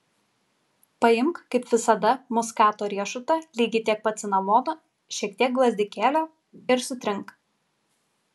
paimk kaip visada muskato riešutą lygiai tiek pat cinamono šiek tiek gvazdikėlio ir sutrink